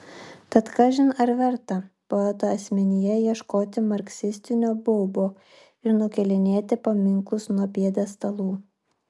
tad kažin ar verta poeto asmenyje ieškoti marksistinio baubo ir nukėlinėti paminklus nuo pjedestalų